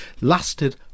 lasted